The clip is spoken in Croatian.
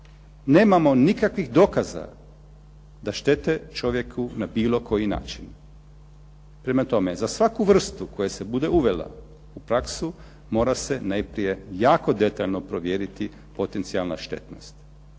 nemamo nikakvih dokaza da štete čovjeku na bilo koji način. Prema tome, za svaku vrstu koja se bude uvela u praksu mora se najprije jako detaljno provjeriti potencijalna štetnost.